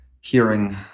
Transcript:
hearing